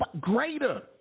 Greater